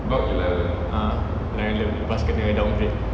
ah yang ada bus kena downgrade